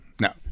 no